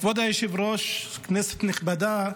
כבוד היושב-ראש, כנסת נכבדה,